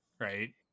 Right